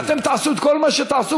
ואתם תעשו את כל מה שתעשו,